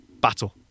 Battle